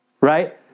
Right